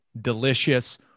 delicious